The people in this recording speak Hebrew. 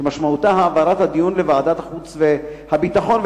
שמשמעותה העברת הדיון לוועדת החוץ והביטחון,